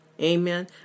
Amen